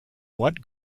what